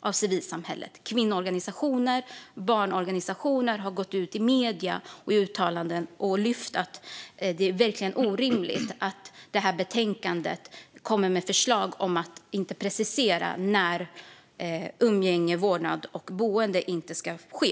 av civilsamhället. Kvinnoorganisationer och barnorganisationer har i medier uttalat att det är orimligt att förslagen i betänkandet inte preciserar när umgänge, vårdnad och boende inte ska få ske.